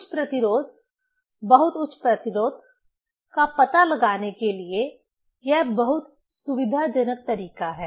उच्च प्रतिरोध बहुत उच्च प्रतिरोध का पता लगाने के लिए यह बहुत सुविधाजनक तरीका है